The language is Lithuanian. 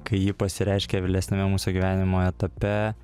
kai ji pasireiškia vėlesniame mūsų gyvenimo etape